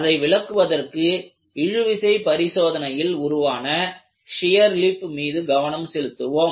அதை விளக்குவதற்கு இழுவிசை பரிசோதனையில் உருவான ஷியர் லிப் மீது கவனம் செலுத்துவோம்